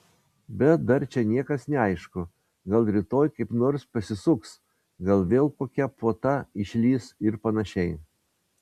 bet dar čia niekas neaišku gal rytoj kaip nors pasisuks gal vėl kokia puota išlįs ir panašiai